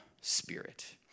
Spirit